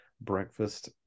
breakfast